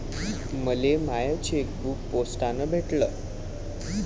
मले माय चेकबुक पोस्टानं भेटल